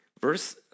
Verse